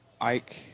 Ike